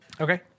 Okay